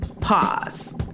pause